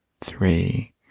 Three